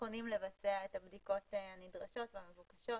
נכונים לבצע הנדרשות והמבוקשות,